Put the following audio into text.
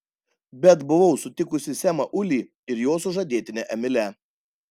bet buvau sutikusi semą ulį ir jo sužadėtinę emilę